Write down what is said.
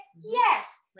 Yes